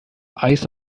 eis